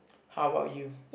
how about you